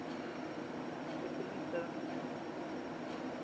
ᱚᱱᱟ ᱦᱚᱛᱮᱫ ᱛᱮᱞᱤᱧ